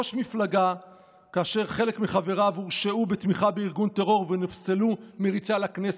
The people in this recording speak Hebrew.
ראש מפלגה שחלק מחבריו הורשעו בתמיכה בארגון טרור ונפסלו מריצה לכנסת,